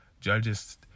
Judge's